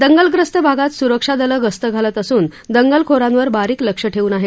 दंगलग्रस्त भागात सुरक्षा दलं गस्त घालत असून दंगलखोरांवर बारीक लक्ष ठेवत आहेत